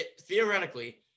theoretically